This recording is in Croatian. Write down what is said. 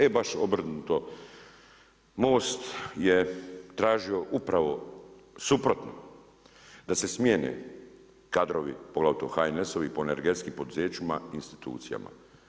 E baš obrnuto, Most je tražio upravo suprotno, da se smjene kadrovi, poglavito HNS-ovi, po energetski, poduzećima i institucijama.